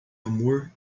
amor